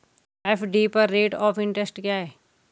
FD पर rate of interest क्या है?